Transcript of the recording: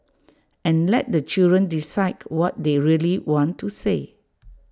and let the children decide what they really want to say